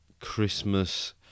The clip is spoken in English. Christmas